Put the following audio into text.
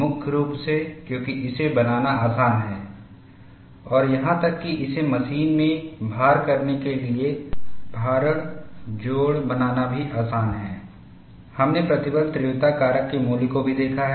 मुख्य रूप से क्योंकि इसे बनाना आसान है और यहां तक कि इसे मशीन में भार करने के लिए भारण जोड़ भी बनाना आसान है हमने प्रतिबल तीव्रता कारक के मूल्य को भी देखा है